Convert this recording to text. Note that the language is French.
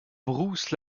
bruce